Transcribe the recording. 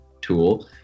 tool